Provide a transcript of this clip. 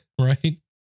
right